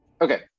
okay